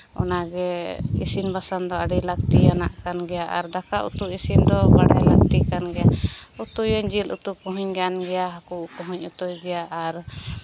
ᱚᱱᱟᱜᱮ ᱤᱥᱤᱱ ᱵᱟᱥᱟᱝ ᱫᱚ ᱟᱹᱰᱤ ᱞᱟᱹᱠᱛᱤᱭᱟᱱᱟᱜ ᱠᱟᱱ ᱜᱮᱭᱟ ᱟᱨ ᱫᱟᱠᱟ ᱩᱛᱩ ᱤᱥᱤᱱ ᱫᱚ ᱵᱟᱰᱟᱭ ᱞᱟᱹᱠᱛᱤ ᱠᱟᱱ ᱜᱮᱭᱟ ᱩᱛᱩᱭᱟᱹᱧ ᱡᱤᱞ ᱩᱛᱩ ᱠᱚᱦᱚᱸᱧ ᱜᱟᱱ ᱜᱮᱭᱟ ᱦᱟᱹᱠᱩ ᱩᱛᱩ ᱦᱚᱸᱧ ᱩᱛᱩᱭ ᱜᱮᱭᱟ ᱟᱨ